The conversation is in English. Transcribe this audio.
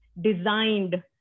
designed